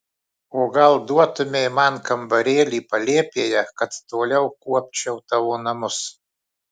o gal duotumei man kambarėlį palėpėje kad toliau kuopčiau tavo namus